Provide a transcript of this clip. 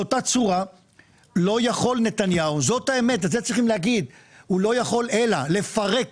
באותה צורה לא יכול נתניהו זאת אמת ואתם צריכים להגיד אלא לפרק